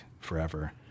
forever